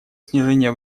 снижение